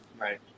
right